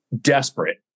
desperate